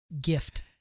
gift